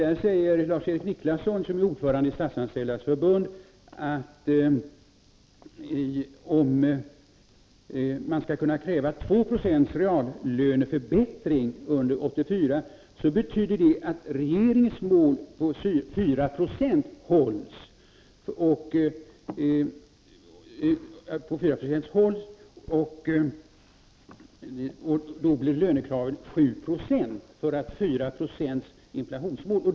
Där säger Lars-Erik Nicklasson, som är ordförande i Statsanställdas förbund, att om man skall kunna kräva 2 96 reallöneförbättring under 1984 betyder det att regeringens mål på 4 Yo inflation hålls, och då blir lönekraven 7 Zo.